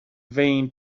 vain